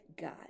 God